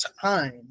time